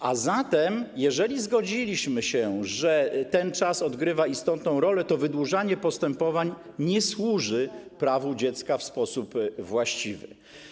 Jeżeli zatem zgodziliśmy się, że ten czas odgrywa istotną rolę, to wydłużanie postępowań nie służy prawu dziecka w sposób właściwy.